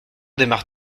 démarre